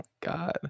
God